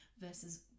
versus